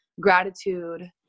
gratitude